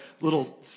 little